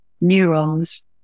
neurons